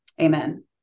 amen